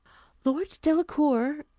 lord delacour!